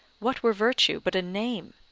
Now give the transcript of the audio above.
what were virtue but a name,